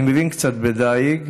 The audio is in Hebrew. אני מבין קצת בדיג,